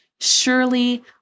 Surely